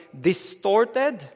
distorted